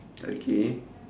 okay